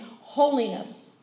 holiness